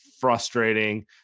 frustrating